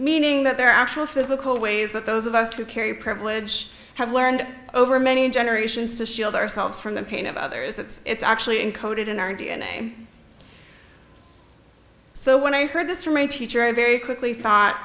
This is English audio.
meaning that there are actual physical ways that those of us who carry privilege have learned over many generations to shield ourselves from the pain of others it's actually encoded in our d n a so when i heard this from a teacher i very quickly thought